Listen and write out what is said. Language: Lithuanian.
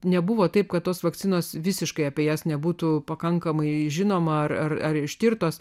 nebuvo taip kad tos vakcinos visiškai apie jas nebūtų pakankamai žinoma ar ar ištirtos